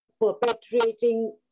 perpetrating